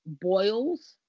boils